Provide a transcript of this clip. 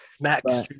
Max